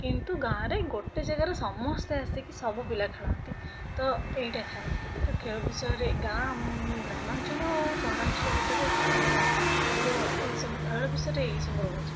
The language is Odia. କିନ୍ତୁ ଗାଁ'ରେ ଗୋଟେ ଜାଗାରେ ସମସ୍ତେ ଆସିକି ସବୁ ପିଲା ଖେଳନ୍ତି ତ ଏଇଟା ଥାଏ ତ ଖେଳ ବିଷୟରେ ଗାଁ ଗ୍ରାମାଞ୍ଚଳ ଓ ସହରାଞ୍ଚଳ ଭିତରେ ପାର୍ଥକ୍ୟ ଏହିସବୁ ଖେଳ ବିଷୟରେ ଏହିସବୁ ରହୁଛି